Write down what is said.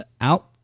out